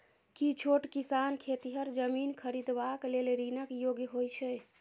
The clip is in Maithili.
की छोट किसान खेतिहर जमीन खरिदबाक लेल ऋणक योग्य होइ छै?